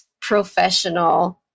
professional